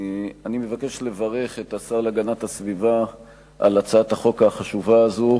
אני מבקש לברך את השר להגנת הסביבה על הצעת החוק החשובה הזו,